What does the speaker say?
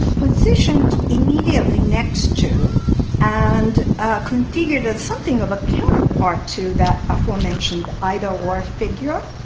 positioned immediately next to and configured as something of a counterpart to that aforementioned idol or figure,